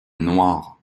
noirs